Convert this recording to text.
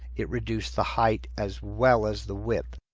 it reduced the height as well as the width.